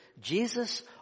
Jesus